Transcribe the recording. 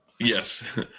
Yes